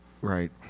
Right